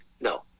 no